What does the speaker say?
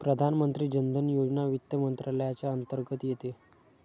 प्रधानमंत्री जन धन योजना वित्त मंत्रालयाच्या अंतर्गत येते